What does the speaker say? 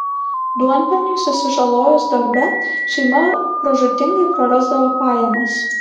duonpelniui susižalojus darbe šeima pražūtingai prarasdavo pajamas